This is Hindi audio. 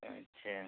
अच्छा